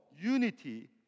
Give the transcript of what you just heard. unity